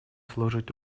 служить